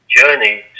journey